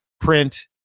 print